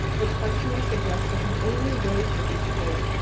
the cartoon suggests that the only way for these, quote,